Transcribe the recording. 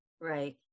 Right